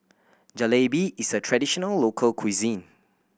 Jalebi is a traditional local cuisine